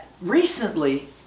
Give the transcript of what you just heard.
Recently